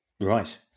Right